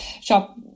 shop